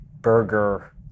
burger